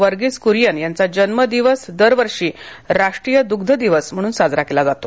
वर्गीस क्रियन यांचा जन्म दिवस दरवर्षी राष्ट्रीय दुग्ध दिवस म्हणून साजरा केला जातो